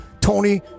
Tony